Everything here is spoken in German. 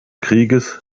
krieges